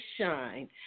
shine